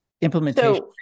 implementation